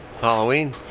Halloween